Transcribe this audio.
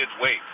wait